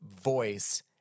voice